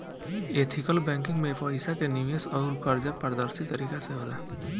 ethical banking में पईसा के निवेश अउर कर्जा पारदर्शी तरीका से होला